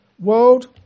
world